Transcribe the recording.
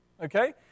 Okay